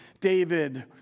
David